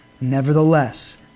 Nevertheless